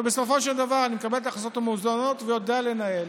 אבל בסופו של דבר אני מקבל את ההחלטות המאוזנות ויודע לנהל.